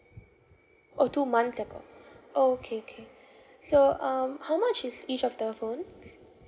orh two months ago orh okay okay so um how much is each of the phones